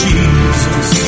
Jesus